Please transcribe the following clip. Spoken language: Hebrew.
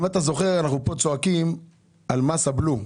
אם אתה זוכר, אנחנו צועקים פה על מס הבלו,